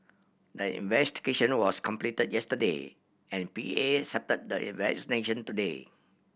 the investigation was completed yesterday and P A the resignation today